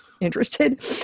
interested